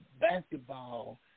basketball